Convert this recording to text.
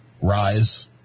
Rise